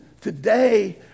today